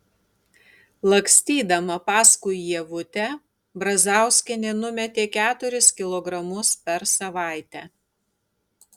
lakstydama paskui ievutę brazauskienė numetė keturis kilogramus per savaitę